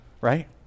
right